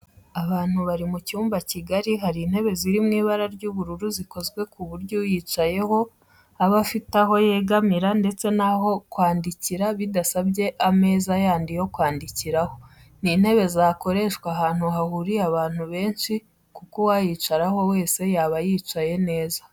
Abant bari mu cyumba kigari hari intebe ziri mu ibara ry'ubururu zikozwe ku buryo uyicayeho aba afite aho yegamira ndetse n'aho kwandikira bidasabye ameza yandi yo kwandikiraho. Ni intebe zakoreshwa ahantu hahuriye abantu benshi kuko uwayicaraho wese yaba yicaye neza